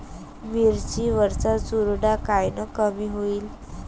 मिरची वरचा चुरडा कायनं कमी होईन?